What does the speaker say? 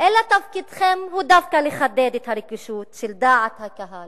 אלא תפקידכם הוא דווקא לחדד את הרגישות של דעת הקהל